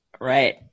Right